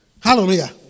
hallelujah